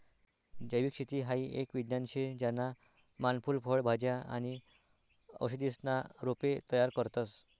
जैविक शेती हाई एक विज्ञान शे ज्याना मान फूल फय भाज्या आणि औषधीसना रोपे तयार करतस